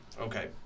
Okay